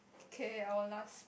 K I will last